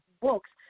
books